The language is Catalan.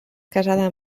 casada